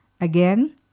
Again